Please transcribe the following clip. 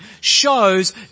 shows